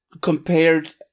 compared